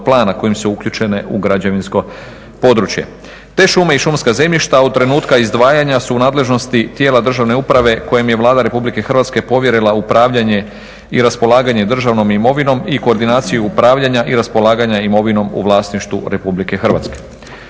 plana kojim su uključene u građevinsko područje. Te šume i šumska zemljišta od trenutka izdvajanja su u nadležnosti tijela državne uprave kojim je Vlada RH povjerila upravljanje i raspolaganje državnom imovinom i koordinaciju upravljanja i raspolaganja imovinom u vlasništvu RH. Novost